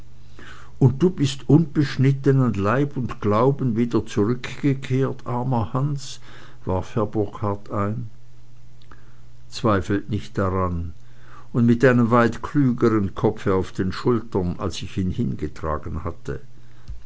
und du bist unbeschnitten an leib und glauben wieder zurückgekehrt armer hans warf herr burkhard ein zweifelt nicht daran und mit einem weit klügeren kopfe auf den schultern als ich ihn hingetragen hatte